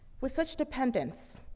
with such dependence,